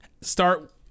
start